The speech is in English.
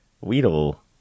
Weedle